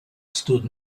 stood